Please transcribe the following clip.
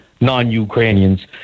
non-Ukrainians